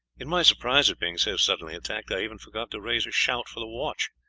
in my surprise at being so suddenly attacked i even forgot to raise a shout for the watch,